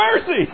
mercy